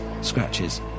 scratches